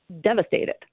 devastated